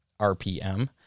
RPM